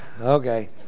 Okay